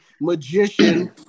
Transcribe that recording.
magician